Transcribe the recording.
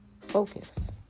focus